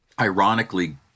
ironically